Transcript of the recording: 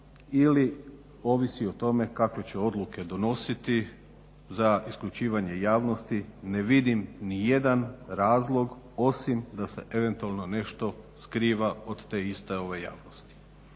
ili ovisi o tome kakve će odluke donositi za isključivanje javnosti. Ne vidim ni jedan razlog osim da se eventualno nešto skriva od te iste ove javnosti.